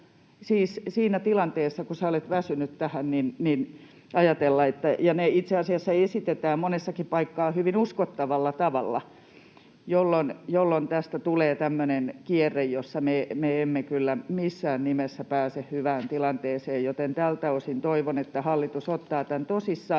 siinä tilanteessa, kun olet väsynyt tähän. Ja ne vastaukset itse asiassa esitetään monessakin paikkaa hyvin uskottavalla tavalla, jolloin tästä tulee tämmöinen kierre, jossa me emme kyllä missään nimessä pääse hyvään tilanteeseen. Joten tältä osin toivon, että hallitus ottaa tämän tosissaan